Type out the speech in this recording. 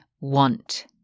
want